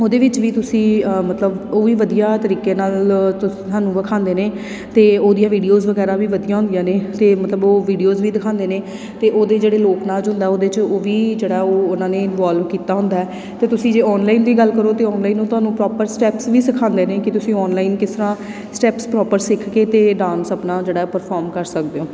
ਉਹਦੇ ਵਿੱਚ ਵੀ ਤੁਸੀਂ ਮਤਲਬ ਉਹ ਵੀ ਵਧੀਆ ਤਰੀਕੇ ਨਾਲ ਤੁਹਾਨੂੰ ਦਿਖਾਉਂਦੇ ਨੇ ਅਤੇ ਉਹਦੀਆਂ ਵੀਡੀਓਜ ਵਗੈਰਾ ਵੀ ਵਧੀਆਂ ਹੁੰਦੀਆਂ ਨੇ ਅਤੇ ਮਤਲਬ ਉਹ ਵੀਡੀਓਜ਼ ਵੀ ਦਿਖਾਉਂਦੇ ਨੇ ਅਤੇ ਉਹਦੇ ਜਿਹੜੇ ਲੋਕ ਨਾਚ ਹੁੰਦਾ ਉਹਦੇ 'ਚ ਉਹ ਵੀ ਜਿਹੜਾ ਉਹ ਉਹਨਾਂ ਨੇ ਇਨਵੋਲਵ ਕੀਤਾ ਹੁੰਦਾ ਅਤੇ ਤੁਸੀਂ ਜੇ ਔਨਲਾਈਨ ਦੀ ਗੱਲ ਕਰੋ ਤਾਂ ਔਨਲਾਈਨ ਨੂੰ ਤੁਹਾਨੂੰ ਪ੍ਰੋਪਰ ਸਟੈਪਸ ਵੀ ਸਿਖਾਉਂਦੇ ਨੇ ਕਿ ਤੁਸੀਂ ਔਨਲਾਈਨ ਕਿਸ ਤਰ੍ਹਾਂ ਸਟੈਪਸ ਪ੍ਰੋਪਰ ਸਿੱਖ ਕੇ ਅਤੇ ਡਾਂਸ ਆਪਣਾ ਜਿਹੜਾ ਪਰਫੋਰਮ ਕਰ ਸਕਦੇ ਹੋ